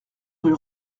rue